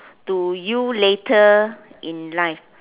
to you later in life